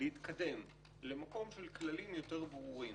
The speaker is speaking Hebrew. להתקדם למקום של כללים יותר ברורים